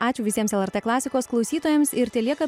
ačiū visiems lrt klasikos klausytojams ir telieka